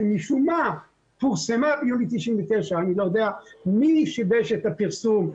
שמשום מה פורסמה ביוני 99'. אני לא יודע מי שיבש את הפרסום.